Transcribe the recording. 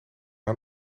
aan